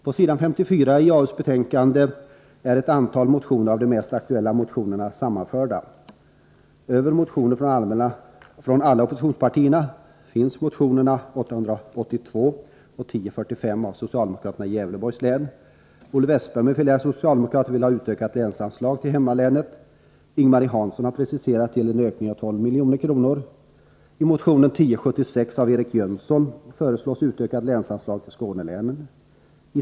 På s. 54 i arbetsmarknadsutskottets betänkande är ett antal av de mest aktuella motionerna redovisade. Utöver motioner från alla oppositionspartierna finns motionerna 882 och 1045 av socialdemokraterna i Gävleborgs län. Olle Westberg m.fl. socialdemokrater vill ha utökat länsanslag till hemmalänet. Ing-Marie Hansson har preciserat det till en ökning med 12 milj.kr. I motion 1076 av socialdemokraten Eric Jönsson föreslås utökat länsanslag till Skånelänen.